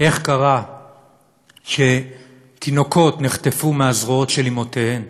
איך תינוקות נחטפו מהזרועות של אימותיהם,